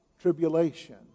tribulation